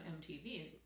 MTV